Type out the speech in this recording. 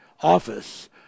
office